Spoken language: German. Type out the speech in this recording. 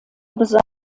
besagt